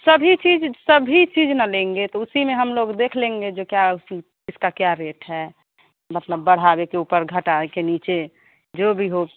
सभी चीज़ सभी चीज़ न लेंगे तो उसी में हम लोग देख लेंगे जो क्या उसी इसका क्या रेट है मतलब बढ़ावे के ऊपर घटाए के नीचे जो भी हो